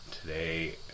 today